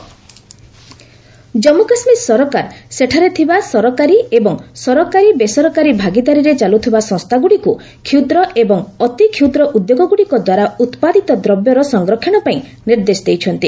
JK enterprises Jammu Kashmir ସରକାର ସେଠାରେ ଥିବା ସରକାରୀ ଏବଂ ସରକାରୀ ବେସରକାରୀ ଭାଗିଦାରୀରେ ଚାଲୁଥିବା ସଂସ୍ଥାଗୁଡ଼ିକୁ କ୍ଷୁଦ୍ର ଏବଂ ଅତିକ୍ଷୁଦ୍ର ଉଦ୍ୟୋଗଗୁଡ଼ିକ ଦ୍ୱାରା ଉତ୍ପାଦିତ ଦ୍ରବ୍ୟର ସଂରକ୍ଷଣ ପାଇଁ ନିର୍ଦ୍ଦେଶ ଦେଇଛନ୍ତି